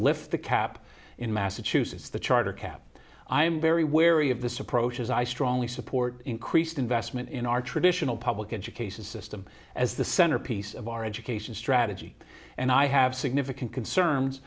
lift the cap in massachusetts the charter cap i am very wary of this approach is i strongly support increased investment in our traditional public education system as the centerpiece of our education strategy and i have significant concerns